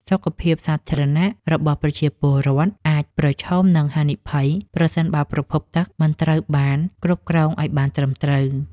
សុខភាពសាធារណៈរបស់ប្រជាពលរដ្ឋអាចប្រឈមនឹងហានិភ័យ ប្រសិនបើប្រភពទឹកមិនត្រូវបានគ្រប់គ្រងឱ្យបានត្រឹមត្រូវ។